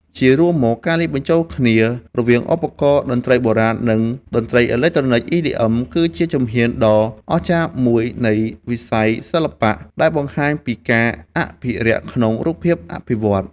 ជារួមមក ការលាយបញ្ចូលគ្នារវាងឧបករណ៍តន្ត្រីបុរាណ និងតន្ត្រីអេឡិចត្រូនិក EDM គឺជាជំហានដ៏អស្ចារ្យមួយនៃវិស័យសិល្បៈដែលបង្ហាញពីការអភិរក្សក្នុងរូបភាពអភិវឌ្ឍ។